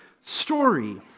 story